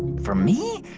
for me?